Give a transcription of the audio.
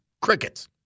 crickets